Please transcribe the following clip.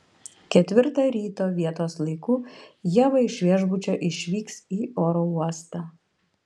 ketvirtą ryto vietos laiku ieva iš viešbučio išvyks į oro uostą